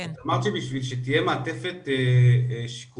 אמרת שבשביל שתהיה מעטפת שיקומית